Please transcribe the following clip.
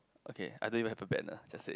okay I don't even have a banner just saying